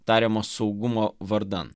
tariamo saugumo vardan